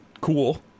cool